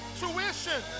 tuition